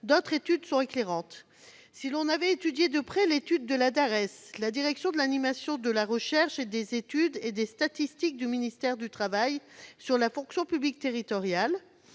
d'autres études sont éclairantes. Le rapport de la Dares, la direction de l'animation de la recherche, des études et des statistiques du ministère du travail, sur la fonction publique territoriale,